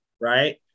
right